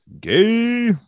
gay